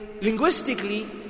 linguistically